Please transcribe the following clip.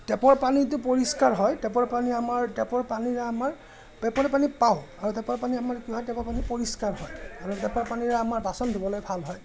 টেপৰ পানীটো পৰিষ্কাৰ হয় টেপৰ পানী আমাৰ টেপৰ পানীৰে আমাৰ টেপৰ পানী পাওঁ আৰু টেপৰ পানী আমাৰ কি হয় টেপৰ পানী পৰিষ্কাৰ হয় আৰু টেপৰ পানীৰে আমাৰ বাচন ধুবলৈ ভাল হয়